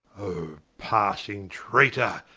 oh passing traytor,